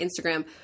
Instagram